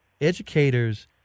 educators